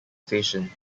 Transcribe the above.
station